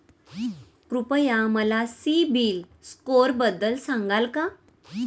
कृपया मला सीबील स्कोअरबद्दल सांगाल का?